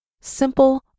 simple